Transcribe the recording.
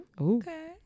Okay